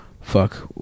fuck